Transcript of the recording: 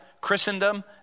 Christendom